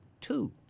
Two